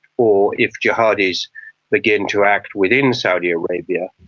or if jihadis begin to act within saudi arabia.